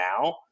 now